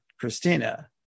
Christina